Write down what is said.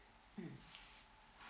mm